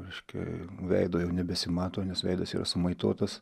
reiškia veido jau nebesimato nes veidas jau sumaitotas